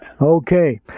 Okay